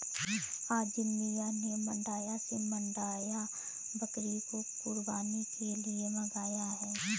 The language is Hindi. अजीम मियां ने मांड्या से मांड्या बकरी को कुर्बानी के लिए मंगाया है